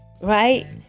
right